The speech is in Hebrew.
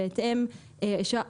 בהתאם לזה,